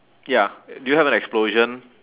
ya do you have an explosion